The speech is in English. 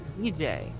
DJ